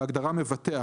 בהגדרה "מבטח",